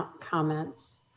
comments